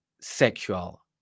sexual